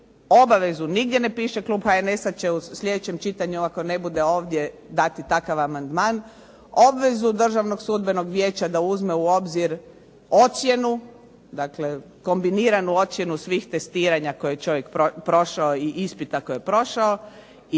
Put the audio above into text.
obavezu. Nigdje ne piše klub HNS-a će u sljedećem čitanju ako ne bude ovdje dati takav amandman, obvezu Državnog sudbenog vijeća da uzme u obzir ocjenu, dakle kombiniranu ocjenu svih testiranja koje je čovjek prošao i ispita kojega je prošao i ta rang